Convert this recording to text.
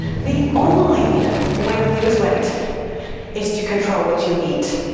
the only way to lose weight is to control what you eat.